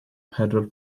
pedwar